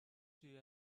she